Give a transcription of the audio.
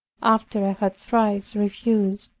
after i had thrice refused,